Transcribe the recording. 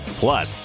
plus